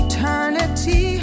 Eternity